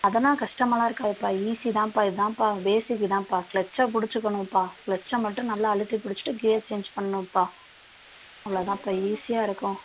அதெல்லாம் கஷ்டமாலாம் இருக்காதுப்பா ஈஸி தான்பா இதான்பா பேஸிக் இதான்பா க்லச்சை புடிச்சிக்கணும்பா க்லச்சை மட்டும் நல்லா அழுத்தி பிடிச்சிட்டு கியர் சேஞ்ச் பண்ணணும்பா அவ்வளோதான்பா ஈஸியாக இருக்கும்